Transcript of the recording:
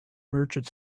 merchant